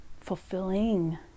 fulfilling